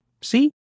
See